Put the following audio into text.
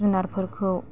जुनारफोरखौ